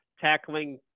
tackling